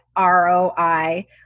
ROI